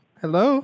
hello